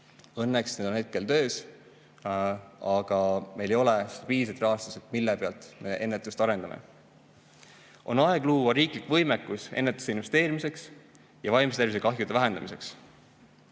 Õnneks need on hetkel töös. Aga meil ei ole piisavalt rahastust, mille pealt ennetust arendada. On aeg luua riiklik võimekus ennetusse investeerimiseks ja vaimse tervise kahjude vähendamiseks.